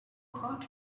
hot